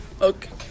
okay